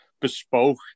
bespoke